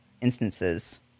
instances